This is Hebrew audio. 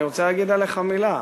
אני רוצה להגיד עליך מילה.